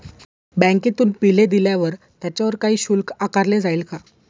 बँकेतून बिले दिल्यावर त्याच्यावर काही शुल्क आकारले जाईल का?